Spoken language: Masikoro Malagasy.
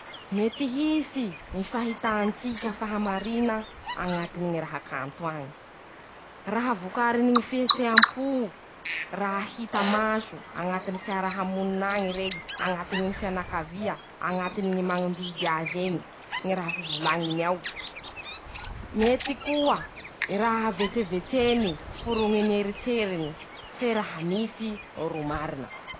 Mety hisy ñy fahitan-tsika fahamarina añaty ny ñy raha kanto añy. Raha vokariny ñy fihetseham-po raha hita maso añatiny fiarahamonin'añy rey, añitiny ñy fianakavia, añatiny ñy mañondidy azy eñy ñy raha ho volañiny ao, mety koa, ñy raha vetsevetseny, foroñi n'eritreriny, fe raha misy ro marina.